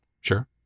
Sure